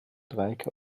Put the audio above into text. dreiecke